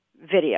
video